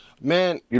Man